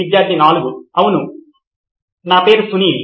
విద్యార్థి 4 అవును నా పేరు సునీల్